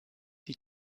die